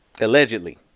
Allegedly